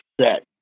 set